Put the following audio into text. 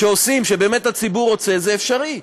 כשעושים, כשבאמת הציבור רוצה, זה אפשרי.